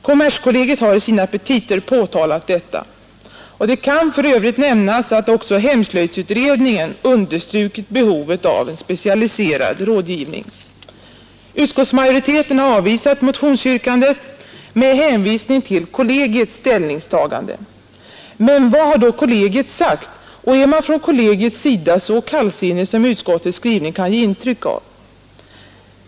Kommerskollegiet har i sina petita påtalat detta. Det kan för övrigt nämnas att också hemslöjdsutredningen understrukit behovet av specialiserad rådgivning. Utskottsmajoriteten har avvisat motionsyrkandet med hänvisning till kollegiets ställningstagande. Men vad har då kollegiet sagt och är man från kollegiets sida så kallsinnig som utskottets skrivning kan ge intryck av?